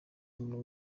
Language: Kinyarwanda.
umuntu